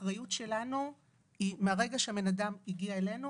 האחריות שלנו היא מהרגע שהבן אדם הגיע אלינו